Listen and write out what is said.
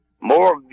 more